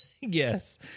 Yes